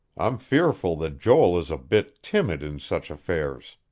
i'm fearful that joel is a bit timid in such affairs.